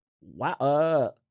Wow